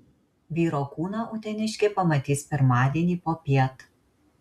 vyro kūną uteniškė pamatys pirmadienį popiet